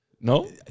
No